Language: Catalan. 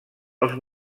els